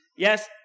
Yes